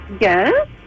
Yes